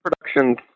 productions